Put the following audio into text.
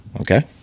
Okay